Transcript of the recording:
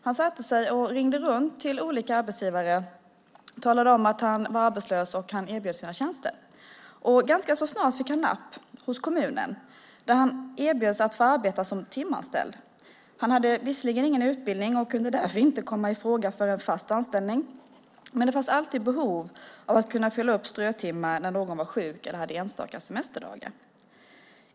Han satte sig och ringde runt till olika arbetsgivare, talade om att han var arbetslös och erbjöd sina tjänster. Ganska så snart fick han napp hos kommunen, där han erbjöds att få arbeta som timanställd. Han hade visserligen ingen utbildning och kunde därför inte komma i fråga för en fast anställning. Men det fanns alltid behov av att fylla upp strötimmar när någon var sjuk eller hade enstaka semesterdagar.